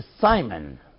Simon